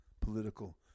political